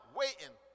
waiting